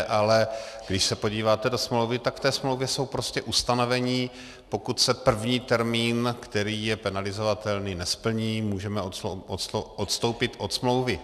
Ale když se podíváte do smlouvy, tak v té smlouvě jsou prostě ustanovení, pokud se první termín, který je penalizovatelný, nesplní, můžeme odstoupit od smlouvy.